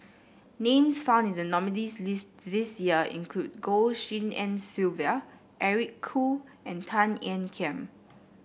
names found in the nominees' list this year include Goh Tshin En Sylvia Eric Khoo and Tan Ean Kiam